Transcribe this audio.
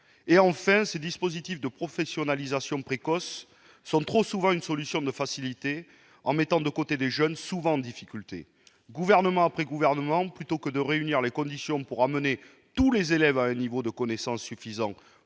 Enfin, ces dispositifs de professionnalisation précoce sont trop souvent une solution de facilité pour mettre de côté des jeunes fréquemment en difficulté. Gouvernement après gouvernement, plutôt que de réunir les conditions pour amener tous les élèves à un niveau de connaissance suffisant